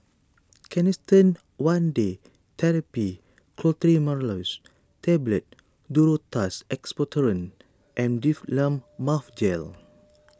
Canesten one Day therapy Clotrimazole Tablet Duro Tuss Expectorant and Difflam Mouth Gel